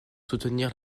soutenir